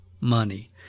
money